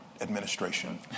administration